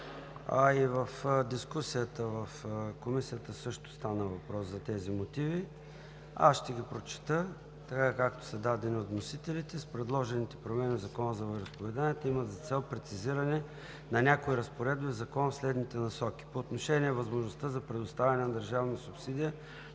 а и в дискусията в Комисията също стана въпрос за тези мотиви. Аз ще ги прочета така, както са дадени от вносителите. „Предложените промени в Закона за вероизповеданията имат за цел прецизиране на някои разпоредби в Закона в следните насоки: - по отношение възможността за предоставяне на държавна субсидия